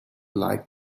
like